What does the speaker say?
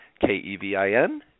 K-E-V-I-N